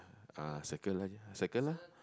ah circle lah circle lah